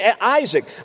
Isaac